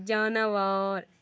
جاناوار